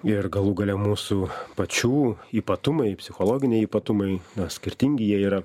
ir galų gale mūsų pačių ypatumai psichologiniai ypatumai na skirtingi jie yra